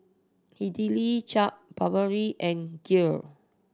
Idili Chaat Papri and Kheer